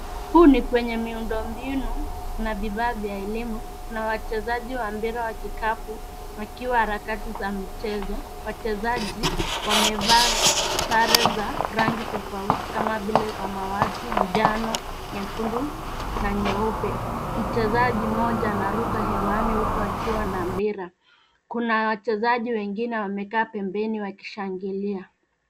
Huu ni kwenye miundo mbinu na vifaa vya elimu. Kuna wachezaji wa mpira wa kikapu wakiwa harakati za mchezo. Wachezaji wamevaa sare za rangi tofauti kama vile samawati, njano, nyekundu na nyeupe. Mchezaji mmoja anaruka hewani huku akiwa na mpira. Kuna wachezaji wengine wamekaa pembeni huku wakiwa wanashangilia.